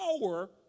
power